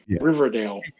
Riverdale